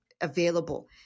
available